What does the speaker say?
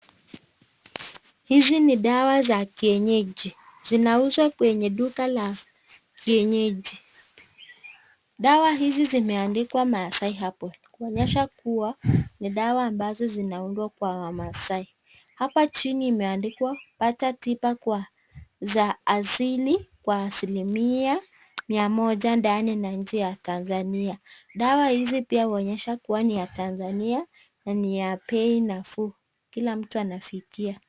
Hizi ni dawa za kienyeji, zinauzwa kwenye duka la kienyeji, dawa hizi zimeadikwa maasai hapo , kuonyesha kuwa ni dawa ambazo zinaundwa kwa wamaasai, hapa chini imeadikwa pata tiba kwa za asili kwa silimia mia moja ndani na nje ya Tanzania , dawa hizi pia huonyesha kuwa ni ya Tanzania na ni ya bei nafuu, kila mtu anafikia.